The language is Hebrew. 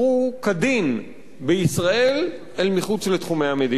כדין בישראל אל מחוץ לתחומי המדינה.